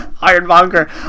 Ironmonger